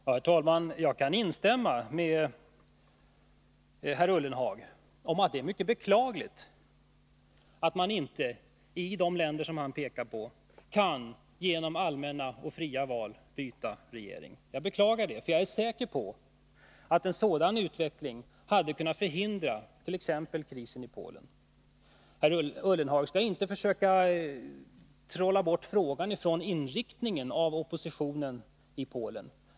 Herr talman! Jag kan instämma med herr Ullenhag i att det är mycket beklagligt att man i de länder som han pekar på inte kan genom allmänna och fria val byta regering. Jag beklagar det. Jag är säker på att en sådan utveckling hade kunnat förhindra t.ex. krisen i Polen. Men herr Ullenhag skallinte försöka trolla bort frågan från inriktningen av oppositionen i Polen.